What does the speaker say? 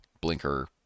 blinker